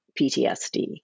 PTSD